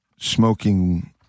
smoking